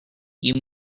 you